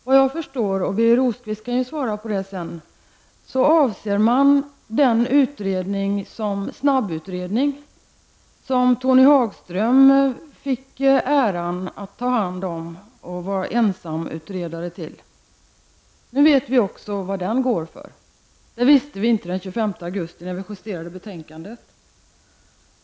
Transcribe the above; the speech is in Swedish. Såvitt jag förstår, och Birger Rosqvist kan svara på det sedan, avses den snabbutredning som Tony Hagström fick äran att ta hand om och vara ensamutredare i. Nu vet vi också vad den går för. Det visste vi inte den Vad vill herr Hagström göra med trafiken?